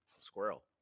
squirrel